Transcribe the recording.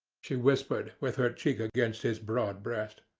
she whispered, with her cheek against his broad breast.